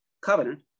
covenant